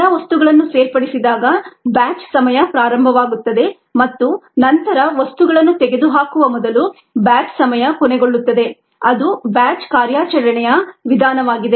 ಎಲ್ಲಾ ವಸ್ತುಗಳನ್ನು ಸೇರ್ಪಡಿಸಿದಾಗ ಬ್ಯಾಚ್ ಸಮಯ ಪ್ರಾರಂಭವಾಗುತ್ತದೆ ಮತ್ತು ನಂತರ ವಸ್ತುಗಳನ್ನು ತೆಗೆದುಹಾಕುವ ಮೊದಲು ಬ್ಯಾಚ್ ಸಮಯ ಕೊನೆಗೊಳ್ಳುತ್ತದೆ ಅದು ಬ್ಯಾಚ್ ಕಾರ್ಯಾಚರಣೆಯ ವಿಧಾನವಾಗಿದೆ